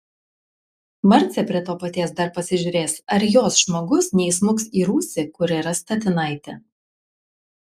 marcė prie to paties dar pasižiūrės ar jos žmogus neįsmuks į rūsį kur yra statinaitė